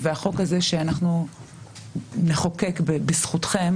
והחוק הזה שאנחנו נחוקק בזכותכם